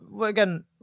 again